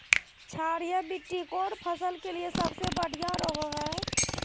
क्षारीय मिट्टी कौन फसल के लिए सबसे बढ़िया रहो हय?